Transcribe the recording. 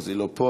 אז היא לא פה.